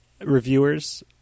reviewers